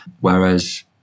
Whereas